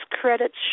credits